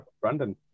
Brandon